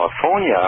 California